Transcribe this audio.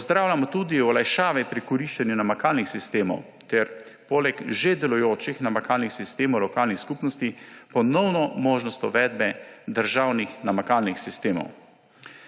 pozdravljamo tudi olajšave pri koriščenju namakalnih sistemov ter poleg že delujočih namakalnih sistemov lokalnih skupnosti ponovno možnost uvedbe državnih namakalnih sistemov.